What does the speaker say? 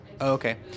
Okay